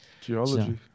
Geology